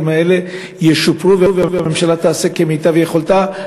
האלה ישופרו והממשלה תעשה כמיטב יכולתה,